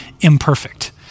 imperfect